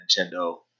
Nintendo